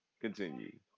Continue